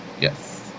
Yes